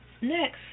Next